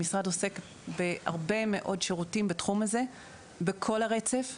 המשרד עוסק בהרבה מאוד שירותים בתחום הזה בכל הרצף,